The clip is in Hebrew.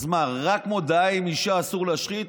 אז מה, רק מודעה עם אישה אסור להשחית?